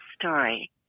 story